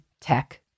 tech